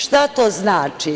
Šta to znači?